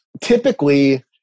typically